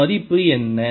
இந்த மதிப்பு என்ன